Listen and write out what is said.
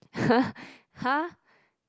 !huh!